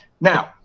Now